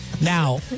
Now